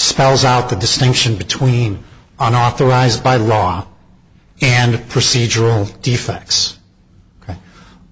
spells out the distinction between an authorized by law and a procedural defects